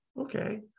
Okay